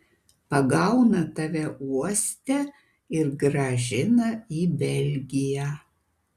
pagauna tave uoste ir grąžina į belgiją